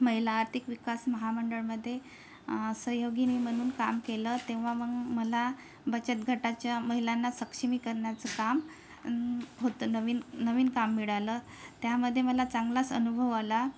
महिला आर्थिक विकास महामंडळामध्ये सहयोगिनी म्हणून काम केलं तेव्हा मग मला बचत गटाच्या महिलांना सक्षमीकरणाचं काम होतं नवीन नवीन काम मिळालं त्यामध्ये मला चांगलाच अनुभव आला